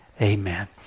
Amen